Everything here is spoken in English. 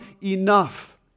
enough